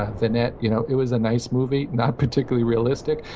the net. you know it was a nice movie, not particularly realistic,